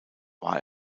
war